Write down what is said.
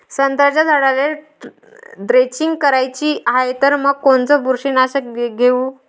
संत्र्याच्या झाडाला द्रेंचींग करायची हाये तर मग कोनच बुरशीनाशक घेऊ?